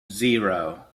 zero